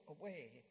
away